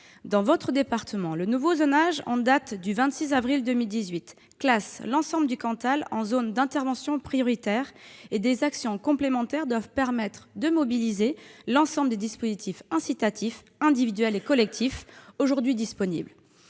Dans votre département, le nouveau zonage en date du 26 avril 2018 classe l'ensemble du Cantal en zone d'intervention prioritaire. Des actions complémentaires doivent permettre de mobiliser l'ensemble des dispositifs incitatifs individuels et collectifs aujourd'hui disponibles.